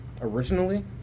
originally